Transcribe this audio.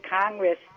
Congress